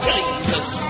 Jesus